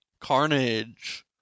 Carnage